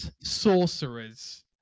sorcerers